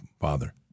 Father